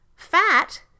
Fat